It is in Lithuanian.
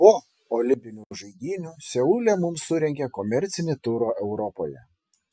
po olimpinių žaidynių seule mums surengė komercinį turą europoje